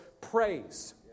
praise